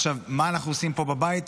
עכשיו, מה אנחנו עושים פה בבית?